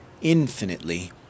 infinitely